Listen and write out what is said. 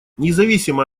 независимо